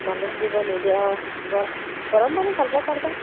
মালিচ দিব নিদিয়ে অঁ গৰ গৰম পানী ঢালিব পাৰিবা